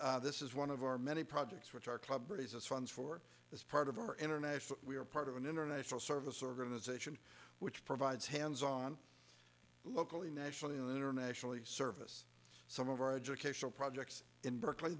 this is one of our many projects which our club raises funds for this part of our internet we are part of an international service organization which provides hands on locally nationally and internationally service some of our educational projects in berkeley